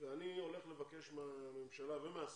אני הולך לבקש מהממשלה ומהסוכנות,